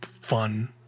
fun